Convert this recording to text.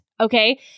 Okay